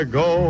go